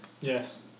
Yes